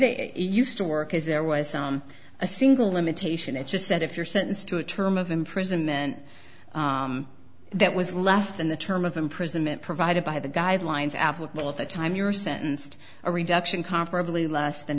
they used to work is there was a single limitation it just said if you're sentenced to a term of imprisonment that was less than the term of imprisonment provided by the guidelines applicable at the time you were sentenced a reduction comparably less than